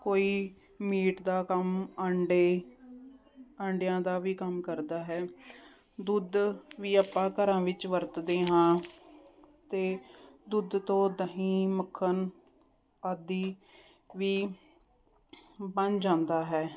ਕੋਈ ਮੀਟ ਦਾ ਕੰਮ ਅੰਡੇ ਅੰਡਿਆਂ ਦਾ ਵੀ ਕੰਮ ਕਰਦਾ ਹੈ ਦੁੱਧ ਵੀ ਆਪਾਂ ਘਰਾਂ ਵਿੱਚ ਵਰਤਦੇ ਹਾਂ ਅਤੇ ਦੁੱਧ ਤੋਂ ਦਹੀਂ ਮੱਖਣ ਆਦਿ ਵੀ ਬਣ ਜਾਂਦਾ ਹੈ